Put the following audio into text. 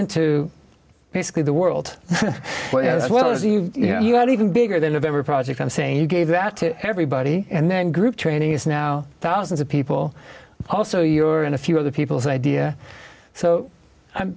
into basically the world as well as you know you had even bigger than of every project i'm saying you gave that to everybody and then group training is now thousands of people also you are in a few other people's idea so